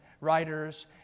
writers